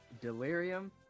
Delirium